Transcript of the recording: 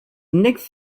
next